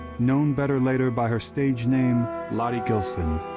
known better later by her stage name lottie gilson,